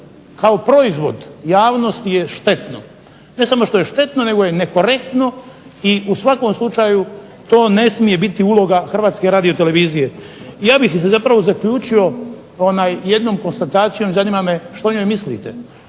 kao proizvod javnosti je štetno. Ne samo što je štetno nego je nekorektno i u svakom slučaju to ne smije biti uloga HRT-a. Ja bih zapravo zaključio jednom konstatacijom, zanima me što o njoj mislite.